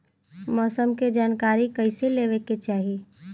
मौसम के जानकारी कईसे लेवे के चाही?